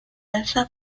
alza